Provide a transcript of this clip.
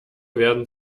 werden